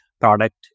product